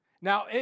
Now